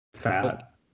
fat